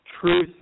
truth